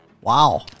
Wow